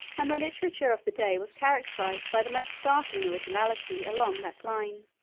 and the literature of the day was characterized by the most startling originality along that line.